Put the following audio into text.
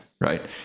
right